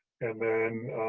and then,